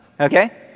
Okay